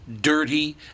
dirty